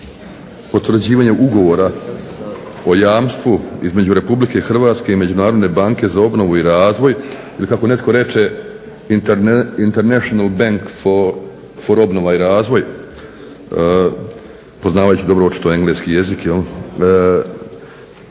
potvrđivanju ugovora o jamstvu između Republike Hrvatske i Međunarodne banke za obnovu i razvoj, ili kako netko reče international bank for obnova i razvoj, poznavajući dobro očito engleski jezik jel,